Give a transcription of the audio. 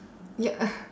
ya uh